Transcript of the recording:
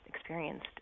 Experienced